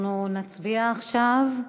אנחנו נצביע עכשיו.